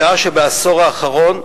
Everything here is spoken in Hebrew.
בשעה שבעשור האחרון,